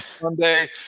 Sunday